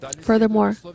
furthermore